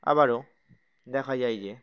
আবারও দেখা যায় যে